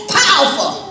powerful